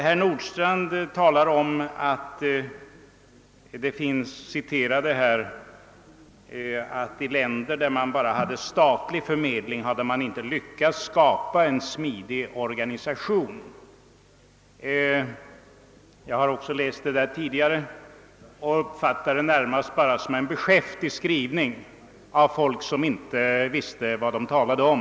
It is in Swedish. Herr Nordstrandh citerade uttalanden om att man i länder med enbart statlig förmedling inte lyckats skapa en smidig organisation. Jag har tidigare läst dessa uttalanden och närmast uppfattat dem bara som en beskäftig skrivning av personer som inte vet vad de talar om.